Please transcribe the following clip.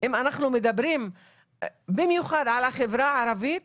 אם אנחנו מדברים במיוחד על החברה הערבית,